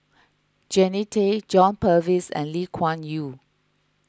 Jannie Tay John Purvis and Lee Kuan Yew